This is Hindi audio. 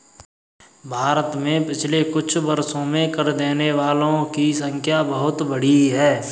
भारत में पिछले कुछ वर्षों में कर देने वालों की संख्या बहुत बढ़ी है